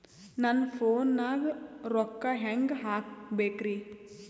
ನನ್ನ ಫೋನ್ ನಾಗ ರೊಕ್ಕ ಹೆಂಗ ಹಾಕ ಬೇಕ್ರಿ?